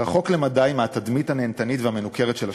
רחוק למדי מהתדמית הנהנתנית והמנוכרת של השכונה.